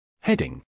Heading